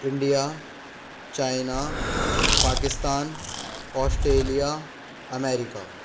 India China Pakistan Australia America